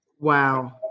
Wow